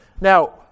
Now